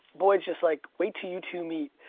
boyd's just like, wait til you two meet.